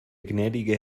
gnädige